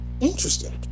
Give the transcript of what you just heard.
interesting